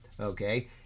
Okay